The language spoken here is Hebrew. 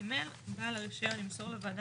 (ג) בעל הרישיון ימסור לרשות הרישוי לוועדה